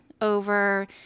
over